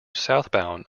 southbound